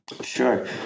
Sure